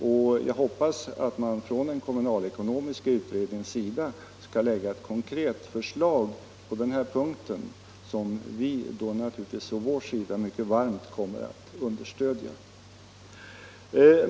Och jag hoppas att den kommunalekonomiska utredningen lägger fram ett konkret förslag på den här punkten, vilket vi då naturligtvis från vår sida varmt kommer att understödja.